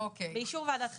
באישור ועדת חריגים.